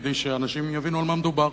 כדי שאנשים יבינו על מה מדובר.